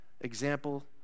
example